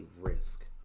risk